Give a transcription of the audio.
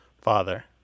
father